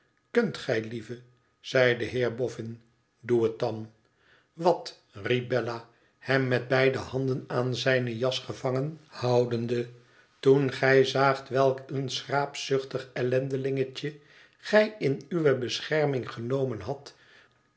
kunt gij lieve zei de heer boffin doe het dan wat riep bella hem met beide handen aan zijne jas gevangen houdende toen gij zaagt wdk een schraapzuchtig euendelingetje gij in uwe bescherming genomen hadt